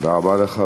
תודה רבה לך.